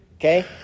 okay